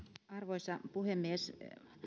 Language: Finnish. arvoisa puhemies